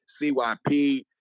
CYP